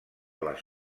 les